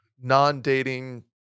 non-dating